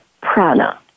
prana